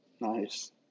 Nice